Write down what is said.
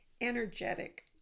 energetic